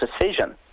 decision